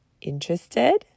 Interested